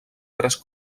tres